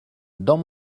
dans